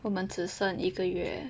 我们只剩一个月